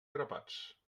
grapats